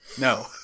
no